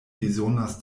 bezonas